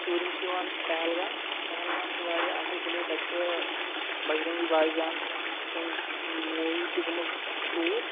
ژوٗرِم چھِ یِوان پہلگام پہلگام چھِ واریاہ اَصٕل پٕلیس تَتہِ چھِ Bajrangi Bhaijaan scenes movie تہِ گٔمٕژ شوٗٹ